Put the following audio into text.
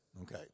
Okay